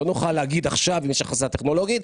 לא נוכל להגיד עכשיו אם יש הכנסה טכנולוגית,